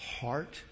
heart